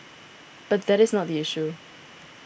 but that is not the issue